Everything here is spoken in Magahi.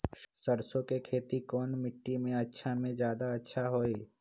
सरसो के खेती कौन मिट्टी मे अच्छा मे जादा अच्छा होइ?